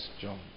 John